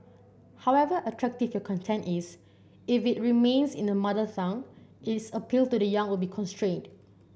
however attractive your content is if it remains in the mother tongue its appeal to the young will be constrained